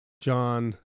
john